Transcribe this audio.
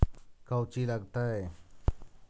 कौची लगतय?